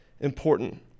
important